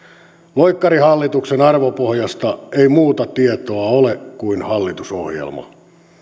loikkarihallituksen arvopohjasta ei muuta tietoa ole kuin hallitusohjelma